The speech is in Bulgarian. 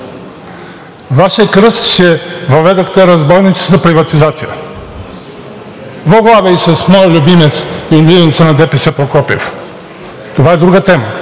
Вашият кръст, е че въведохте разбойническата приватизация воглаве и с моя любимец, и любимеца на ДПС Прокопиев. Това е друга тема.